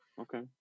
Okay